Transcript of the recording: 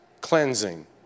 cleansing